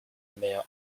mail